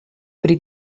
pri